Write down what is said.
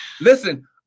listen